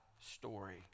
story